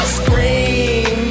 scream